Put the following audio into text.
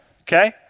okay